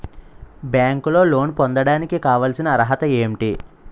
బ్యాంకులో లోన్ పొందడానికి కావాల్సిన అర్హత ఏంటి?